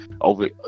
over